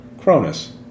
Cronus